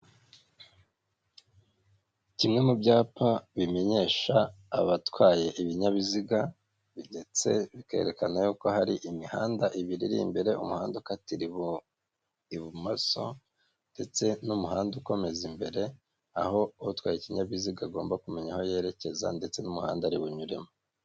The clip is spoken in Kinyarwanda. Kimwe mu byapa bimenyesha abatwaye ibinyabiziga ndetse bikerekana yuko ko hari imihanda ibiri iri imbere, umuhanda ukatira ibumoso ndetse n'umuhanda ukomeza imbere aho utwaye ikinyabiziga agomba kumenya aho yerekeza ndetse n'umuhanda ari bunyuremo.